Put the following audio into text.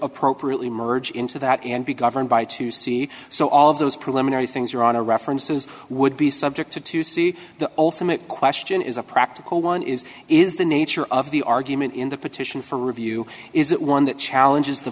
appropriately merge into that and be governed by to see so all of those preliminary things are on a references would be subject to to see the ultimate question is a practical one is is the nature of the argument in the petition for review is it one that challenges the